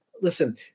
Listen